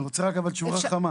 אני רוצה תשובה חכמה.